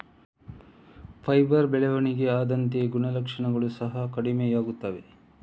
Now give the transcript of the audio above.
fibre ಬೆಳವಣಿಗೆ ಆದಂತೆ ಗುಣಲಕ್ಷಣಗಳು ಸಹ ಕಡಿಮೆಯಾಗುತ್ತವೆ